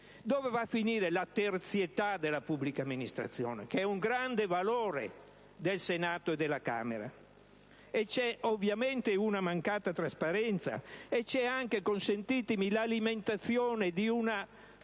Dove va a finire la terzietà della pubblica amministrazione, che è un grande valore del Senato e della Camera? C'è ovviamente una mancata trasparenza e anche - consentitemi - l'alimentazione della